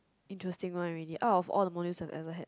interesting one already out of all the modules I've ever had